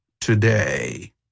today